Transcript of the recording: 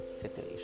situation